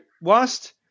Whilst